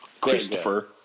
Christopher